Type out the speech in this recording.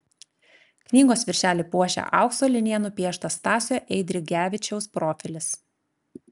knygos viršelį puošia aukso linija nupieštas stasio eidrigevičiaus profilis